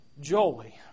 joy